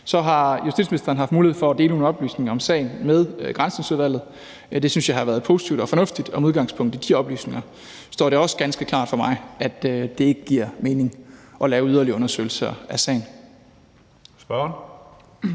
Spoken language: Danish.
Så har justitsministeren haft mulighed for at dele nogle oplysninger om sagen med Granskningsudvalget – det synes jeg har været positivt og fornuftigt – og med udgangspunkt i de oplysninger står det også ganske klart for mig, at det ikke giver mening at lave yderligere undersøgelser af sagen. Kl.